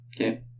Okay